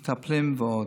מטפלים ועוד.